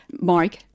Mark